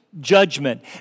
Judgment